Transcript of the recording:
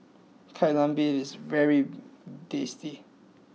Kai Lan Beef is very tasty